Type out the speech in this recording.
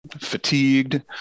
fatigued